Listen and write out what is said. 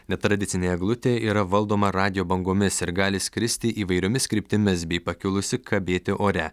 netradicinė eglutė yra valdoma radijo bangomis ir gali skristi įvairiomis kryptimis bei pakilusi kabėti ore